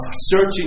searching